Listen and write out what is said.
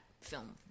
film